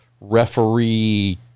referee